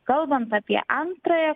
kalbant apie antrąją